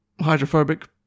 hydrophobic